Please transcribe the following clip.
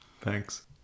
Thanks